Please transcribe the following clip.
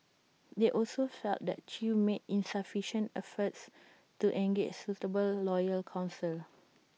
they also felt that chew made insufficient efforts to engage suitable local counsel